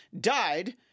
died